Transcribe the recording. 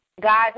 guys